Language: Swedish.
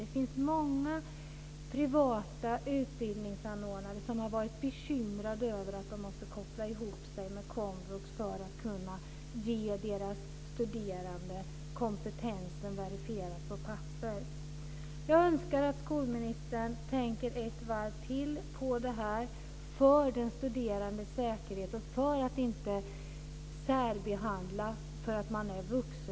Det finns många privata utbildningsanordnare som har varit bekymrade över att de måste koppla ihop sig med komvux för att kunna ge deras studerande kompetensen verifierad på papper. Jag önskar att skolministern tänker ett varv till på detta för den studerandes säkerhet och för att inte särbehandla för att eleverna är vuxna.